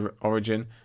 origin